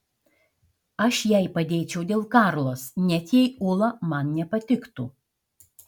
aš jai padėčiau dėl karlos net jei ula man nepatiktų